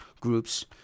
groups